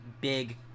big